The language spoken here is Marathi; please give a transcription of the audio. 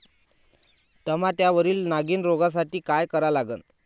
टमाट्यावरील नागीण रोगसाठी काय करा लागन?